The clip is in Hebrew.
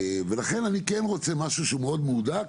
אני כן רוצה משהו שהוא מאוד מהודק.